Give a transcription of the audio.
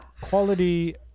quality